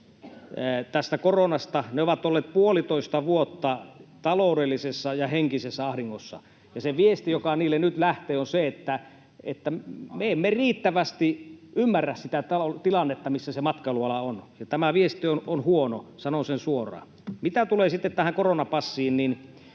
jatkossakin!] He ovat olleet puolitoista vuotta taloudellisessa ja henkisessä ahdingossa, ja se viesti, joka heille nyt lähtee, on se, että me emme riittävästi ymmärrä sitä tilannetta, missä se matkailuala on, ja tämä viesti on huono, sanon sen suoraan. Mitä tulee sitten tähän koronapassiin,